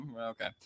Okay